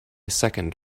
second